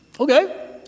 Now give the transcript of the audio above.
Okay